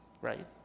right